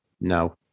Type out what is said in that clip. no